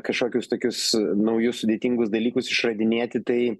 kažkokius tokius naujus sudėtingus dalykus išradinėti tai